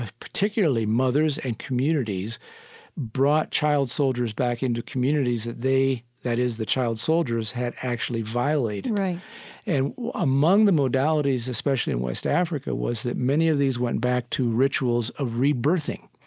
particularly, mothers and communities brought child soldiers back into communities that they that is, the child soldiers had actually violated right and among the modalities, especially in west africa, was that many of these went back to rituals of rebirthing.